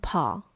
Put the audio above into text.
Paul